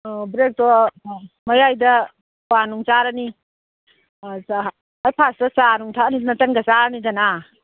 ꯕ꯭ꯔꯦꯛꯇ ꯃꯌꯥꯏꯗ ꯀ꯭ꯋꯥꯅꯨꯡ ꯆꯥꯔꯅꯤ ꯈ꯭ꯋꯥꯏ ꯐꯥꯔꯁꯇ ꯆꯥꯅꯨꯡ ꯊꯛꯑꯅꯤꯗꯅ ꯇꯟꯒ ꯆꯥꯔꯅꯤꯗꯅ